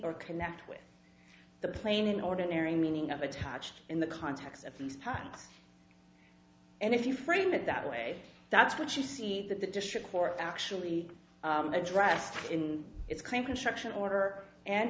or connect with the plain in ordinary meaning of attach in the context of these times and if you frame it that way that's what you see that the district court actually addressed in its claim construction order and